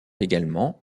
également